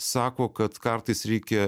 sako kad kartais reikia